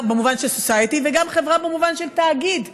במובן של society וגם חברה במובן של תאגיד,